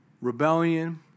rebellion